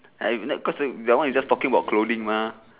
I would not cause a that one you're just talking about clothing mah